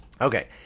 Okay